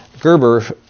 Gerber